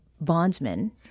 bondsman